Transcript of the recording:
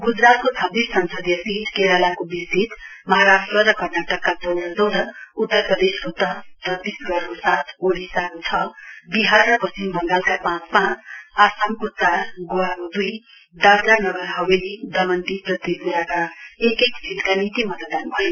ग्जरातका छब्बीस संसदीय सीट केरालाका बीस सीट महाराष्ट्र र कर्नाटकका चौध चौध उत्तर प्रदेशको दस छत्तीसगढ़को सात ओडिसाको छ विहार र पश्चिम बंगालका पाँच पाँच आसामको चार गोवाको दुई दादरा नगरहवेली दमण दीव र त्रिप्राका एक एक सीटका निम्ति मतदान भयो